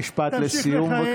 משפט לסיום.